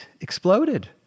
exploded